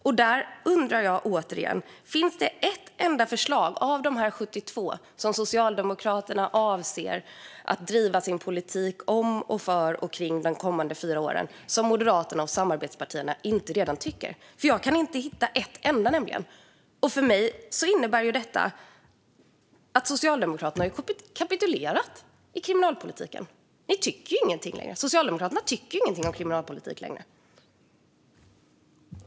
Jag undrar återigen: Är det ett enda av dessa 72 förslag som Socialdemokraterna avser att driva som sin politik under de kommande fyra åren som Moderaterna och samarbetspartierna inte redan har lagt fram? Jag kan nämligen inte hitta något. För mig innebär detta att Socialdemokraterna har kapitulerat i kriminalpolitiken. Socialdemokraterna tycker ingenting om kriminalpolitik längre.